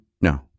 no